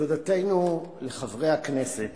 תודתנו לחברי הכנסת